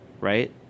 right